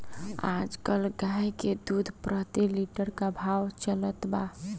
आज कल गाय के दूध प्रति लीटर का भाव चलत बा?